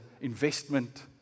investment